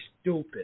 stupid